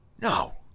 No